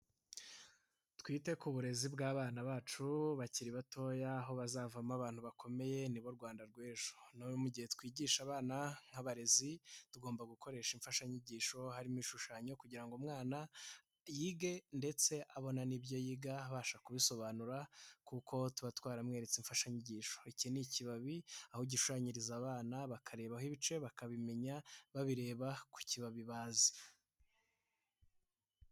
Twite ku burezi bw'abana bacu bakiri batoya aho bazavamo abantu bakomeye nibo rwanda rw'ejo. No mu gihe twigisha abana nk'abarezi tugomba gukoresha imfashanyigisho harimo ibishushanyo kugira ngo umwana yige ndetse abona n'ibyo yiga abasha kubisobanura kuko tuba twaramweretse imfashanyigisho. Iki ni ikibabi aho gishushanyiriza abana bakarebaho ibice bakabimenya babireba ku kibabi bazi.